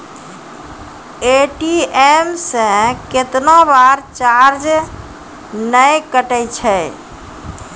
ATM से कैतना बार चार्ज नैय कटै छै?